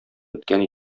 беткән